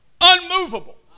unmovable